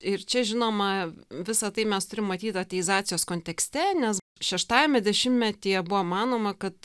ir čia žinoma visa tai mes turim matyt ateizacijos kontekste nes šeštajame dešimmetyje buvo manoma kad